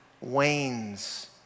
wanes